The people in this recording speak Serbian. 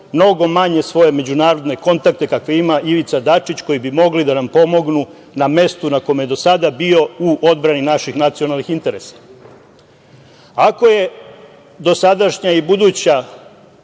mnogo manje svoje međunarodne kontakte kakve ima Ivica Dačić, koji bi mogli da nam pomognu na mestu na kom je do sada bio u odbrani naših nacionalnih interesa. Ako je dosadašnja i buduća